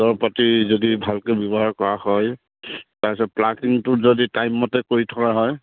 দৰৱ পাতি যদি ভালকে ব্যৱহাৰ কৰা হয় তাৰপিছত প্লাকিংটোত যদি টাইম মতে কৰি থকা হয়